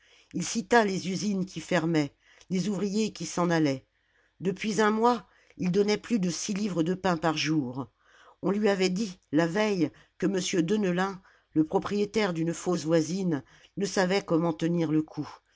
il cita les usines qui fermaient les ouvriers qui s'en allaient depuis un mois il donnait plus de six livres de pain par jour on lui avait dit la veille que m deneulin le propriétaire d'une fosse voisine ne savait comment tenir le coup